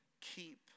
keep